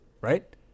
right